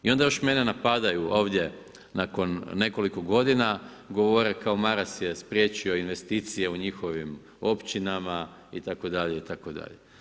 I onda još mene napadaju ovdje nakon nekoliko godina govore kao Maras je spriječio investicije u njihovim općinama itd., itd.